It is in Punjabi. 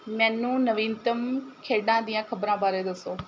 ਮੈਨੂੰ ਨਵੀਨਤਮ ਖੇਡਾਂ ਦੀਆਂ ਖਬਰਾਂ ਬਾਰੇ ਦੱਸੋ